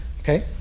okay